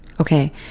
Okay